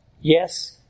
yes